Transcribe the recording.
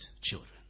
children